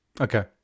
Okay